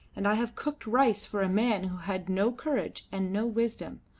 and i have cooked rice for a man who had no courage and no wisdom.